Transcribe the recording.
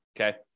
Okay